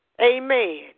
Amen